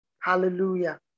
Hallelujah